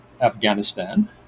Afghanistan